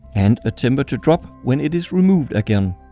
and a temperature drop when it is removed again.